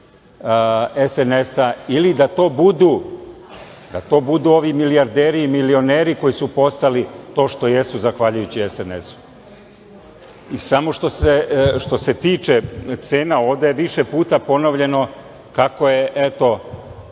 SNS-a ili da to budu ovi milijarderi i milioneri koji su postali to što jesu zahvaljujući SNS-u. Samo što se tiče cena, ovde je više puta ponovljeno kako su